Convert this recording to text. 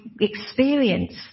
experience